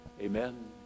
Amen